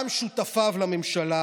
גם שותפיו לממשלה